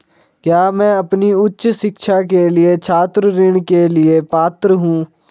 क्या मैं अपनी उच्च शिक्षा के लिए छात्र ऋण के लिए पात्र हूँ?